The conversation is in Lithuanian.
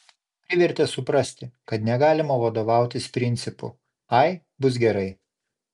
privertė suprasti kad negalima vadovautis principu ai bus gerai